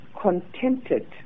contented